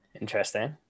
Interesting